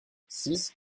six